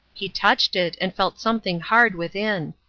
he touched it and felt something hard within.